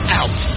out